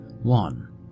One